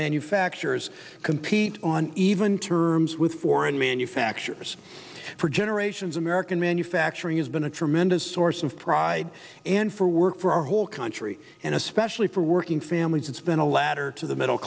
manufacturers compete on even terms with foreign manufacturers for generations american manufacturing has been a tremendous source of pride and for work for our whole country and especially for working families it's been a ladder to the middle